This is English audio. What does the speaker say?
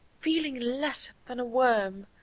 feeling less than a worm,